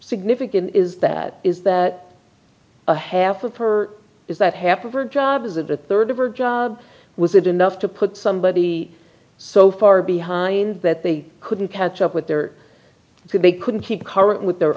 significant is that is that a half of her is that half of her job is a third of her job was it enough to put somebody so far behind that they couldn't catch up with their could they couldn't keep current with their